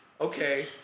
okay